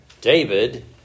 David